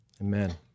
amen